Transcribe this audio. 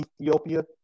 Ethiopia